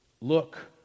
look